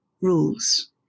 rules